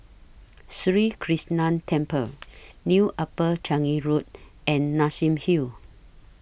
Sri Krishnan Temple New Upper Changi Road and Nassim Hill